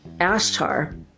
Ashtar